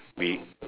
be